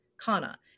Kana